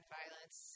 violence